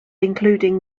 including